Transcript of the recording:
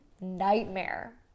nightmare